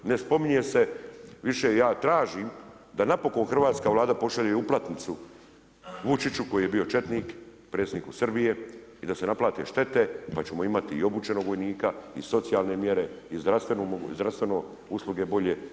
Ne spominje se više, ja tražim da napokon hrvatska Vlada pošalje i uplatnicu Vučiću koji je bio četnik predsjedniku Srbije i da se naplate štete, pa ćemo imati i obučenog vojnika i socijalne mjere i zdravstvene usluge bolje.